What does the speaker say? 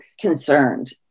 concerned